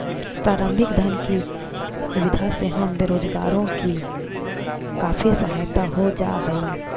प्रारंभिक धन की सुविधा से हम बेरोजगारों की काफी सहायता हो जा हई